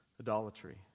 idolatry